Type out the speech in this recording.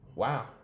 Wow